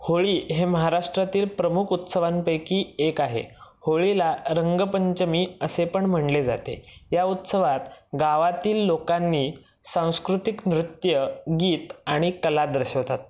होळी हे महाराष्ट्रातील प्रमुख उत्सवांपैकी एक आहे होळीला रंगपंचमी असे पण म्हणले जाते या उत्सवात गावातील लोकांनी सांस्कृतिक नृत्य गीत आणि कला दर्शवतात